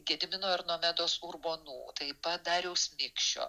gedimino ir nomedos urbonų taip pat dariaus mikšio